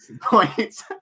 points